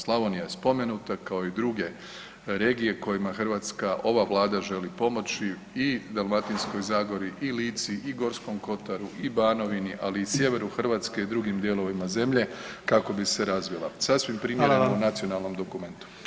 Slavonija je spomenuta kao i druge regije kojima hrvatska ova Vlada želi pomoći, i Dalmatinskoj zagori i Lici i G. kotaru i Banovini ali i sjeveru Hrvatske i drugim dijelovima zemlje kako bi se razvila sasvim primjereno u nacionalnom dokumentu.